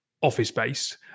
office-based